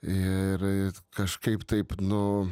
ir kažkaip taip nu